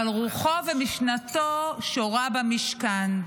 אבל רוחו ומשנתו שורות במשכן.